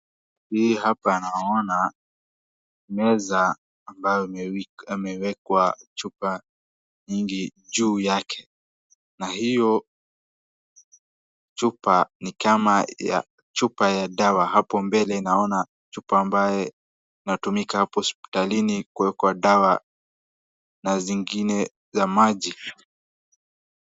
Hii hapa naona meza ambayo imewekwa, chupa nyingi juu yake, na hiyo chupa ni kama ya, chupa ya dawa, hapo mbele naona chupa ambaye inatumika hospitalini kuekwa dawa, na zingine za maji.